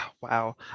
wow